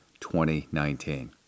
2019